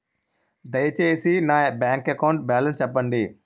దయచేసి నా bank account balance చెప్పండి